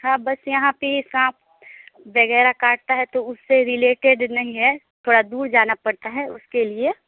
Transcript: हाँ बस यहाँ पर साँप वगैरह काटता है तो उससे रिलेटेड नहीं है थोड़ा दूर जाना पड़ता है उसके लिए